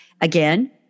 again